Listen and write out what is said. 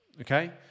Okay